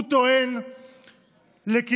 הוא טוען לקרקס.